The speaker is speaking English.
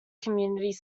community